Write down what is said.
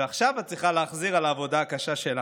ומאי, עכשיו את צריכה להחזיר על העבודה הקשה שלה.